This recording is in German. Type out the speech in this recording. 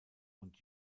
und